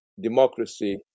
democracy